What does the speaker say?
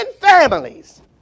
families